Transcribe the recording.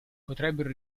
potrebbero